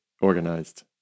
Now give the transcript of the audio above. organized